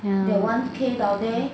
ya